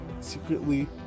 secretly